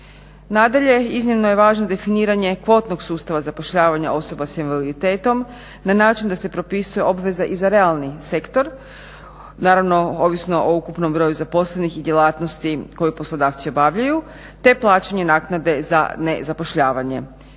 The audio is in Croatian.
Nadalje, iznimno je važno definiranje kvotnog sustava zapošljavanja osoba s invaliditetom na način da se propisuje obveza i za realni sektor, naravno ovisno o ukupnom broju zaposlenih i djelatnosti koje poslodavci obavljaju, te plaćanje naknade za nezapošljavanje